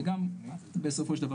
זה גם בסופו של דבר,